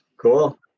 Cool